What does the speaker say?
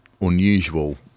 unusual